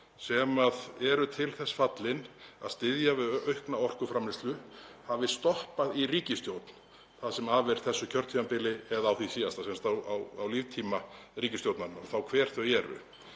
sem eru til þess fallin að styðja við aukna orkuframleiðslu hafi stoppað í ríkisstjórn það sem af er þessu kjörtímabili eða á því síðasta, sem sagt á líftíma ríkisstjórnarinnar, og þá hver þau eru.